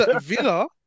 Villa